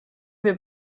wir